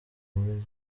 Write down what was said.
muri